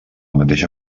mateixa